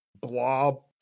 blob